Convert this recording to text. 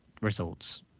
results